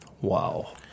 wow